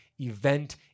event